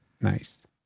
Nice